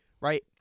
right